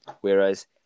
Whereas